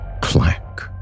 clack